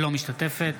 אינה משתתפת